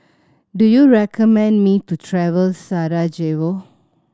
do you recommend me to travel Sarajevo